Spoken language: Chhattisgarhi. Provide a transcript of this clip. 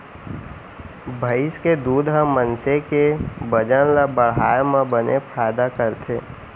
भईंस के दूद ह मनसे के बजन ल बढ़ाए म बने फायदा करथे